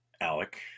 Alec